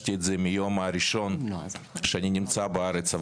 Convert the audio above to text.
הרגשתי את זה מהיום הראשון שאני נמצא בארץ.